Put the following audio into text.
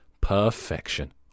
Perfection